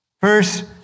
First